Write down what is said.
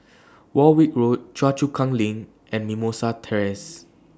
Warwick Road Choa Chu Kang LINK and Mimosa Terrace